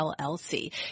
LLC